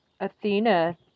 Athena